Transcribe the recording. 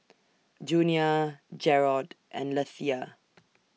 Junia Jerrod and Lethia